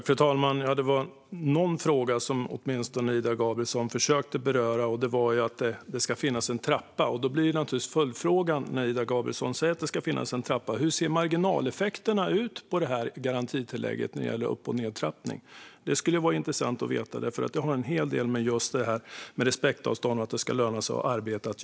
Fru talman! Det var någon fråga som Ida Gabrielsson åtminstone försökte beröra, och det var att det ska finnas en trappa. När Ida Gabrielsson säger att det ska finnas en trappa blir naturligtvis följdfrågan: Hur ser marginaleffekterna ut på garantitillägget när det gäller upp och nedtrappning? Det skulle vara intressant att veta, för det har en hel del att göra med just respektavstånd och att det ska löna sig att arbeta.